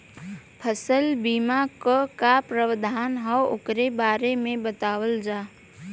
फसल बीमा क का प्रावधान हैं वोकरे बारे में बतावल जा?